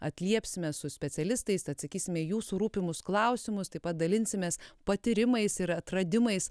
atliepsime su specialistais atsakysime į jūsų rūpimus klausimus taip pat dalinsimės patyrimais ir atradimais